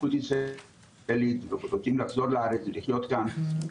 שרוצים לארץ ולחיות כאן,